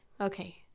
Okay